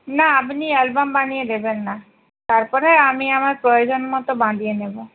না আপনি অ্যালবাম বানিয়ে দেবেন না তারপরে আমি আমার প্রয়োজন মতো বাঁধিয়ে নেবো